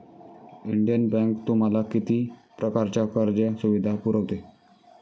Indian Bank तुम्हाला किती प्रकारच्या कर्ज सुविधा पुरवते?